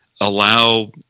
allow